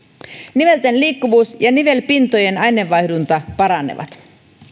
nivelten liikkuvuus ja nivelpintojen aineenvaihdunta paranevat